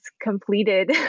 completed